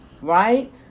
right